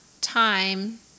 time